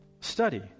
study